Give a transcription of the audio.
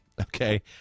Okay